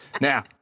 Now